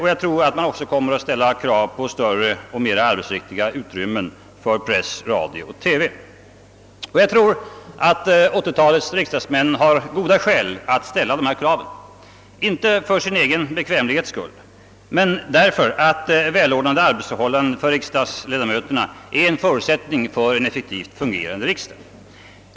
Jag tror att man också kommer att ställa krav på större och mera arbetsriktiga utrymmen för press, radio och TV. 1980-talets riksdagsmän har goda skäl att ställa dessa krav, inte för sin egen bekvämlighets skull utan av den anledningen att välordnade arbetsförhållanden för riksdagsledamöterna är en förutsättning för en effektivt fungerande riksdag.